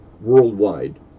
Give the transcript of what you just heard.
worldwide